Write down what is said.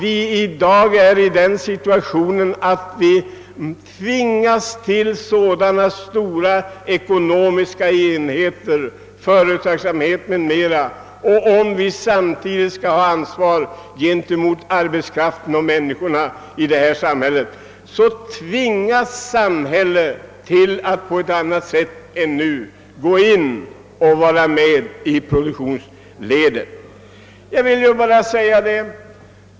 I dagens situation då det krävs stora ekonomiska enheter inom företagsamheten måste samhället vara med i produktionsled och ekonomiska engagemang för att kunna motsvara ansvaret gentemot arbetskraften.